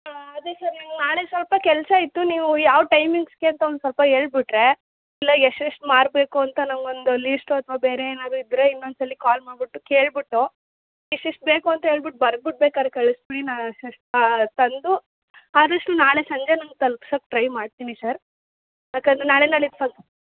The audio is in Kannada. ಅದೇ ಸರ್ ನೀವು ನಾಳೆ ಸ್ವಲ್ಪ ಕೆಲಸ ಇತ್ತು ನೀವು ಯಾವ ಟೈಮಿಂಗ್ಸ್ಗೆ ಅಂತ ಒಂದು ಸ್ವಲ್ಪ ಹೇಳ್ಬುಟ್ರೆ ಎಲ್ಲ ಎಷ್ಟೆಷ್ಟು ಮಾರು ಬೇಕು ಅಂತ ನನಗೊಂದು ಲೀಸ್ಟು ಅಥ್ವಾ ಬೇರೆ ಏನಾದರೂ ಇದ್ದರೆ ಇನ್ನೊಂದು ಸಲ ಕಾಲ್ ಮಾಡ್ಬಿಟ್ಟು ಕೇಳ್ಬಿಟ್ಟು ಇಷ್ಟಿಷ್ಟು ಬೇಕು ಅಂತ ಹೇಳ್ಬುಟ್ ಬರ್ದ್ಬುಟ್ಟು ಬೇಕಾದ್ರೆ ಕಳ್ಸ್ಬಿಡಿ ನಾ ಅಷಷ್ಟು ತಂದು ಆದಷ್ಟು ನಾಳೆ ಸಂಜೆ ನಂಗೆ ತಲ್ಪ್ಸಕ್ಕೆ ಟ್ರೈ ಮಾಡ್ತೀನಿ ಸರ್ ಯಾಕಂದರೆ ನಾಳೆ ನಾಳಿದ್ದು ಫನ್